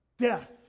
Death